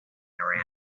around